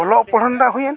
ᱚᱞᱚᱜᱼᱯᱚᱲᱦᱚᱱ ᱨᱮᱱᱟᱜ ᱦᱩᱭᱮᱱ